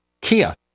kia